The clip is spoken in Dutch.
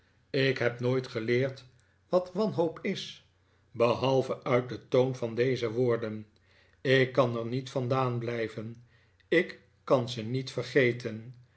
ik heb nooit geleerd wat wanhoop is behalve uit den toon van deze woorden ik kan er niet vandaan blijven ik kan ze niet vergeten